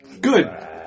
Good